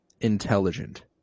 intelligent